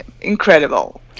incredible